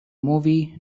movie